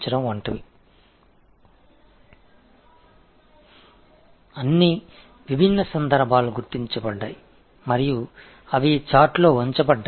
எனவே அனைத்து வெவ்வேறு நிகழ்வுகளும் குறிப்பிடப்பட்டு அவை இந்த அட்டவணையில் வைக்கப்பட்டுள்ளன